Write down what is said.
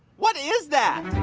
what is that?